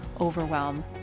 overwhelm